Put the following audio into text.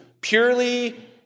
purely